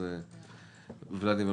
אז ולדימיר,